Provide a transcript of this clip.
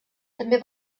també